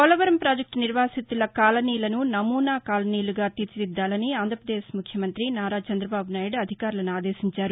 Polavaram project నిర్వాసితుల కాలనీలను నమూనా కాలనీలుగా తీర్చిదిద్దాలని ఆంధ్రపదేశ్ ముఖ్యమంత్రి నారా చందబాబు నాయుడు అధికారులను ఆదేశించారు